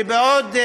שבעוד,